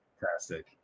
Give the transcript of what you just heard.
fantastic